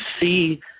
see